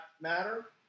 matter